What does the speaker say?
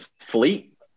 fleet